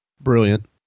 Brilliant